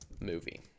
movie